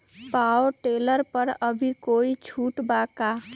Power tiller पर अभी कोई छुट बा का?